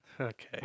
Okay